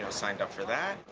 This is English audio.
ah signed up for that.